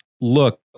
look